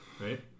Right